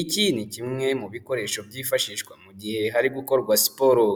Iki ni kimwe mu bikoresho byifashishwa mu gihe hari gukorwa siporo,